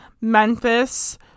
Memphis